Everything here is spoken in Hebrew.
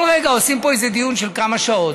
כל רגע עושים פה איזה דיון של כמה שעות.